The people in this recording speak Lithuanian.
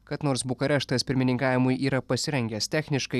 kad nors bukareštas pirmininkavimui yra pasirengęs techniškai